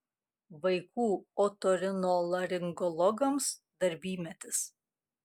vaikų otorinolaringologams darbymetis